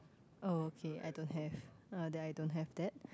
oh okay I don't have uh that I don't have that